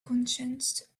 conscience